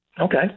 okay